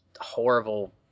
horrible